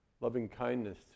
loving-kindness